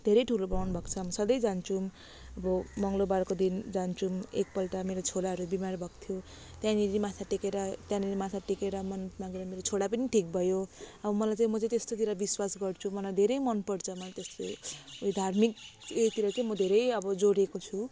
धेरै ठुलो बनाउनु भएको छ हामी सधैँ जान्छौँ अब मङ्गलवारको दिन जान्छौँ एक पल्ट मेरो छोराहरू बिमार भएको थियो त्यहाँनेरि माथा टेकेर त्यहाँनेरि माथा टेकेर मन्नत मागेर मेरो छोरा पनि ठिक भयो अब मलाई चाहिँ म चाहिँ त्यस्तोतिर बिश्वास गर्छु मलाई धेरै मन पर्छ मलाई त्यस्तो उयो धार्मिकतिर चाहिँ म धेरै अब जोडेको छु